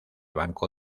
banco